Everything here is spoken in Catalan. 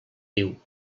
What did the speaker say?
diu